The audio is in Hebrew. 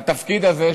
התפקיד הזה,